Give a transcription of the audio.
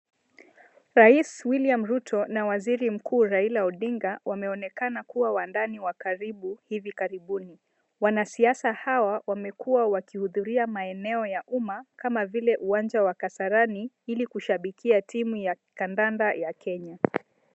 Rais William Ruto na waziri mkuu Raila Odinga wameonekana kuwa wandani wa karibu hivi karibuni, wanasiasa hawa wamekuwa wakihidhuria maeneo ya umma kama vile uwanja wa kasarani ili kushabikia timu ya kandanda ya Kenya.